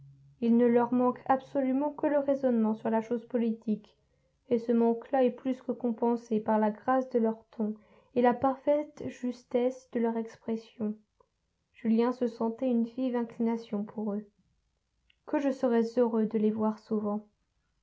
il ne leur manque absolument que le raisonnement sur la chose politique et ce manque là est plus que compensé par la grâce de leur ton et la parfaite justesse de leurs expressions julien se sentait une vive inclination pour eux que je serais heureux de les voir souvent